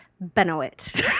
Benoit